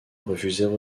refusèrent